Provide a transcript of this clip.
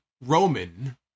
Roman